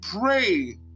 pray